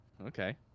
okay